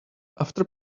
after